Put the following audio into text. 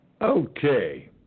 Okay